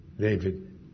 David